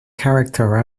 character